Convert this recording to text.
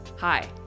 Hi